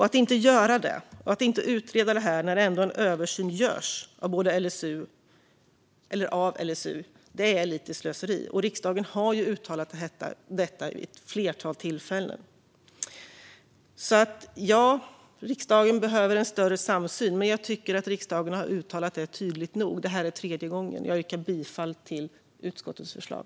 Att inte göra det och att inte utreda detta när en översyn av LSU ändå görs är lite slöseri. Riksdagen har uttalat detta vid ett flertal tillfällen. Så ja, riksdagen behöver en större samsyn, men jag tycker att riksdagen har uttalat detta tydligt nog; det här är tredje gången. Jag yrkar bifall till utskottets förslag.